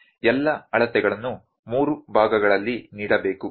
ಎಲ್ಲಾ ಅಳತೆಗಳನ್ನು 3 ಭಾಗಗಳಲ್ಲಿ ನೀಡಬೇಕು